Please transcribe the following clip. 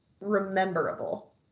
rememberable